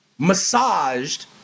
massaged